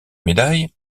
médailles